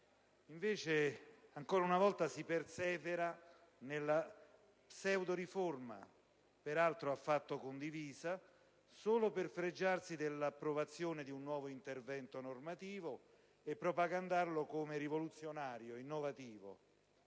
Invece, ancora una volta, si persevera nella pseudoriforma, peraltro affatto condivisa, solo per fregiarsi dell'approvazione di un nuovo intervento normativo e propagandarlo come rivoluzionario, innovativo.